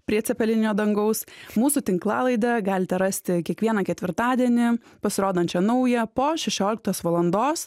prie cepelininio dangaus mūsų tinklalaidę galite rasti kiekvieną ketvirtadienį pasirodančią naują po šešioliktos valandos